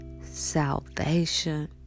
salvation